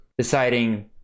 Deciding